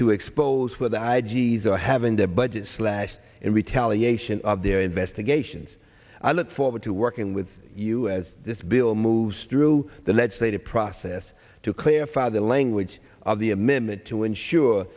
to expose with i g s or having the budget slashed in retaliation of their investigations i look forward to working with you as this bill moves through the legislative process to clarify the language of the amendment to ensure